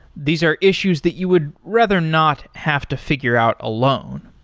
these are issues that you would rather not have to figure out alone.